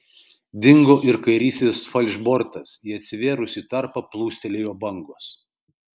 dingo ir kairysis falšbortas į atsivėrusį tarpą plūstelėjo bangos